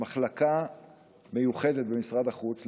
במחלקה מיוחדת במשרד החוץ,